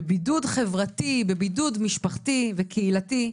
בבידוד חברתי, בידוד משפחתי וקהילתי,